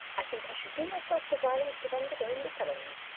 i think i should do myself the violence of undergoing the ceremony.